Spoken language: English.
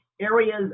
areas